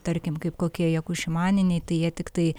tarkim kaip kokie jakušimaniniai tai jie tiktai